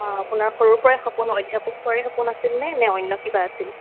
অঁ আপোনাৰ সৰুৰ পৰাই সপোন অধ্যাপক হোৱাৰে সপোন আছিলনে নে অন্য কিবা আছিল